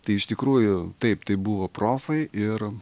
tai iš tikrųjų taip tai buvo profai ir